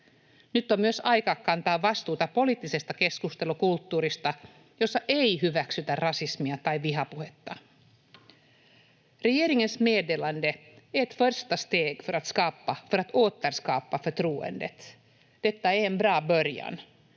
Nyt on myös aika kantaa vastuuta poliittisesta keskustelukulttuurista, jossa ei hyväksytä rasismia tai vihapuhetta. Regeringens meddelande är ett första steg för att återskapa förtroendet. Detta